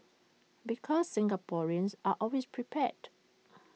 because Singaporeans are always prepared